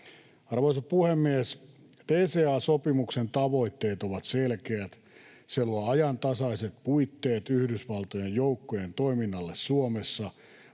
Arvoisa puhemies! DCA-sopimuksen tavoitteet ovat selkeät. Se luo ajantasaiset puitteet Yhdysvaltojen joukkojen toiminnalle Suomessa